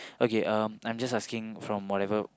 okay um I'm just asking from whatever